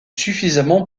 suffisamment